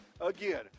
again